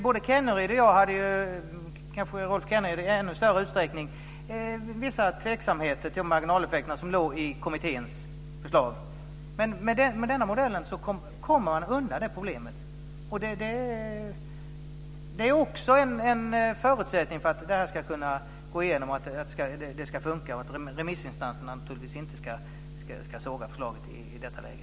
Både Rolf Kenneryd och jag - kanske Rolf Kenneryd i ännu större utsträckning - hade vissa tveksamheter till marginaleffekterna som låg i kommitténs förslag. Med denna modell kommer man undan det problemet. Det är också en förutsättning för att det här ska kunna gå igenom, för att det ska funka och för att remissinstanserna inte ska såga förslaget i detta läge.